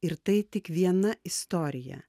ir tai tik viena istorija